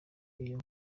iyo